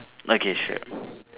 okay sure